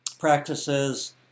practices